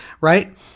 right